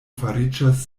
fariĝas